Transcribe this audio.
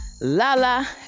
lala